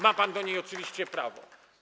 Ma pan do niej oczywiście prawo.